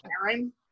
Karen